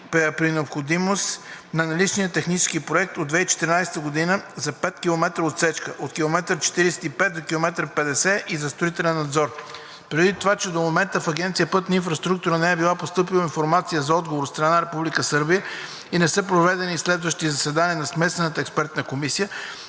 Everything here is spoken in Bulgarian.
при необходимост на наличния технически проект от 2014 г. за 5 км отсечка, от км 45+000 до км 50+075,52 и за строителен надзор. Предвид това, че до момента в Агенция „Пътна инфраструктура“ не е била постъпила информация за отговор от страна на Република Сърбия и не са били проведени следващи заседания на Смесената експертна комисия,